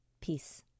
peace